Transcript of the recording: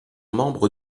membre